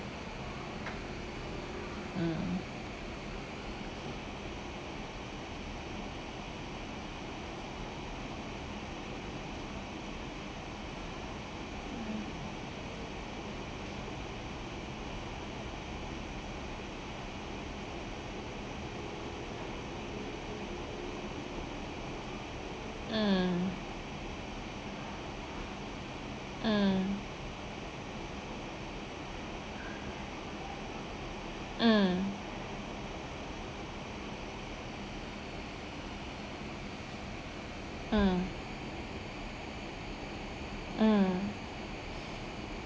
mm mm mm mm mm mm